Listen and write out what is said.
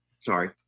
Sorry